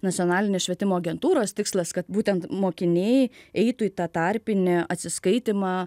nacionalinės švietimo agentūros tikslas kad būtent mokiniai eitų į tą tarpinį atsiskaitymą